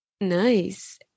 nice